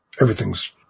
everything's